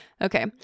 Okay